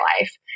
life